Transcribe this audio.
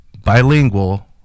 bilingual